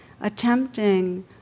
Attempting